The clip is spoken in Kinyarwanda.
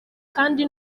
kandi